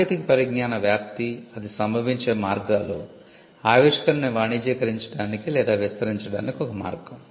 సాంకేతిక పరిజ్ఞాన వ్యాప్తి అది సంభవించే మార్గాలు ఆవిష్కరణను వాణిజ్యీకరించడానికి లేదా విస్తరించడానికి ఒక మార్గం